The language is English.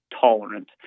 tolerant